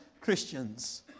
Christians